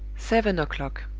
seven o'clock